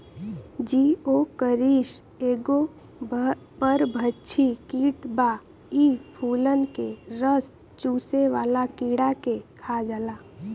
Geocoris एगो परभक्षी कीट बा इ फूलन के रस चुसेवाला कीड़ा के खा जाला